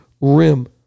rim